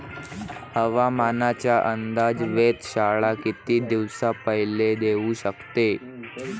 हवामानाचा अंदाज वेधशाळा किती दिवसा पयले देऊ शकते?